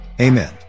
Amen